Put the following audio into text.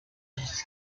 sus